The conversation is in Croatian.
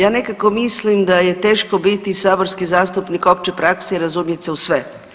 Ja nekako mislim da je teško biti saborski zastupnik opće prakse i razumjet se u sve.